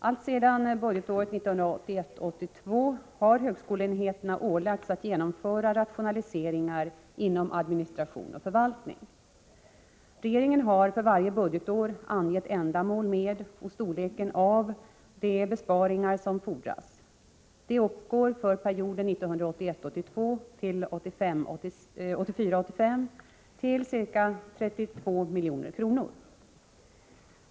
Alltsedan budgetåret 1981 82-1984/8S5 till ca 32 milj.kr.